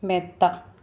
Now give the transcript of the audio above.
മെത്ത